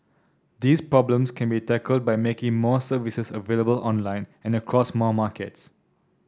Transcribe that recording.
these problems can be tackled by making more services available online and across more markets